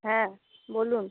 হ্যাঁ বলুন